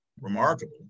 remarkable